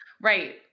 right